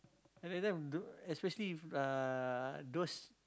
at that time the especially uh those